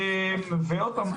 עוד פעם,